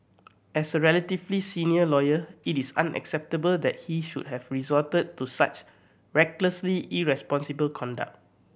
as a relatively senior lawyer it is unacceptable that he should have resorted to such recklessly irresponsible conduct